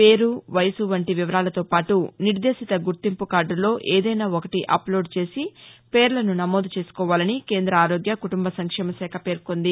పేరు వయసు వంటి వివరాలతోపాటు నిర్దేశిత గుర్తింపు కార్దుల్లో ఏదైనా ఒకటి అప్లోడ్ చేసి పేర్లను నమోదు చేసుకోవాలని కేంద్ర ఆరోగ్య కుటుంబ సంక్షేమ శాఖ పేర్కొంది